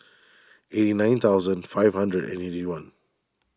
eighty nine thousand five hundred and eighty one